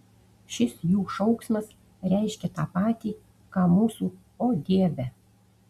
šis jų šauksmas reiškia tą patį ką mūsų o dieve